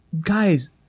guys